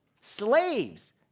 slaves